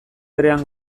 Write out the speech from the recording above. berean